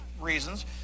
reasons